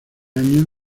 año